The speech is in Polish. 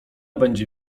będzie